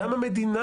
גם המדינה,